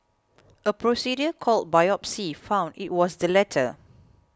a procedure called biopsy found it was the latter